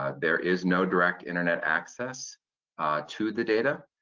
ah there is no direct internet access to the data,